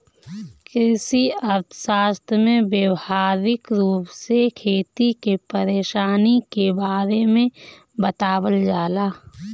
कृषि अर्थशास्त्र में व्यावहारिक रूप से खेती के परेशानी के बारे में बतावल जाला